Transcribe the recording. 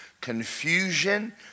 confusion